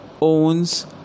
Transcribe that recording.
owns